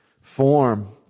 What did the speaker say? form